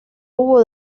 hubo